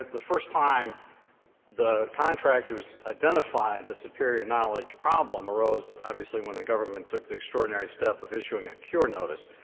the first time the contractors identified the superior knowledge problem arose, obviously, when the government took the extraordinary step of issuing a cure notice,